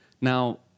Now